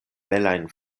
belajn